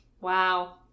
Wow